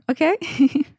Okay